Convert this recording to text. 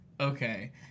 Okay